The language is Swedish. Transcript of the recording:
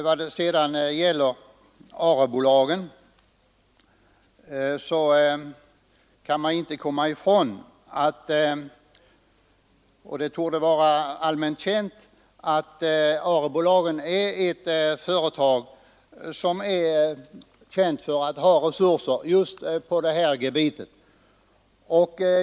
Beträffande ARE-bolagen kan man inte komma i från att det är ett företag som är känt för att ha resurser just inom det här gebitet.